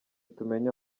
tumenye